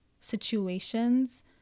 situations